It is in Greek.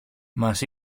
μας